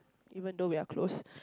even though we are close